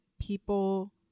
people